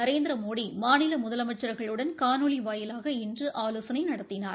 நரேந்திரமோடி மாநில முதலமைச்சா்களுடன் காணொலி வாயிலாக இன்று ஆலோசனை நடத்தினார்